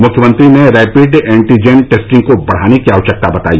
मुख्यमंत्री ने rapid antigen testing को बढ़ाने की आवश्यकता बताई